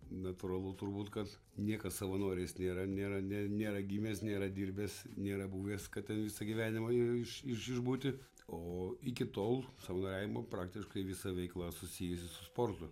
natūralu turbūt kad niekas savanoris nėra nėra ne nėra gimęs nėra dirbęs nėra buvęs kad ten visą gyvenimą ir iš iš išbūti o iki tol savanoriavimo praktiškai visa veikla susijusi su sportu